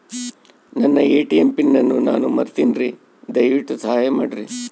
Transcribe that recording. ನನ್ನ ATM pin ಅನ್ನು ನಾನು ಮರಿತಿನ್ರಿ, ದಯವಿಟ್ಟು ಸಹಾಯ ಮಾಡ್ರಿ